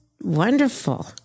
wonderful